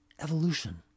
Evolution